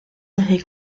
desde